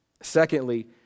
Secondly